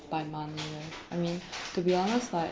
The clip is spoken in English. by money lor I mean to be honest like